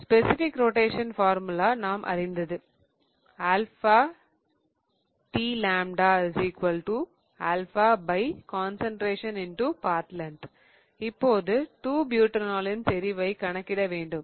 specific rotation formula நாம் அறிந்தது இப்போது 2 பியூடனோலின் செறிவை கணக்கிட வேண்டும்